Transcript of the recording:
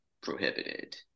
prohibited